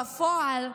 בפועל,